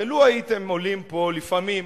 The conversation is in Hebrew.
הרי לו עליתם פה לפעמים,